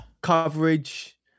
coverage